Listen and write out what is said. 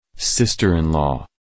Sister-in-law